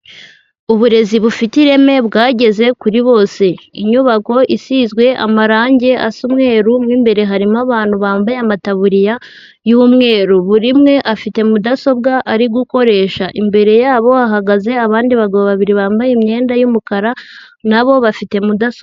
Uburezi bufite ireme bwageze kuri bose, inyubako isizwe amarange asa umweru mu imbere harimo abantu bambaye amataburiya y'umweru, buri umwe afite mudasobwa ari gukoresha, imbere yabo hahagaze abandi bagabo babiri bambaye imyenda y'umukara nabo bafite mudasobwa.